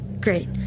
Great